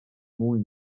mwy